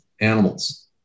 animals